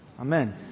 Amen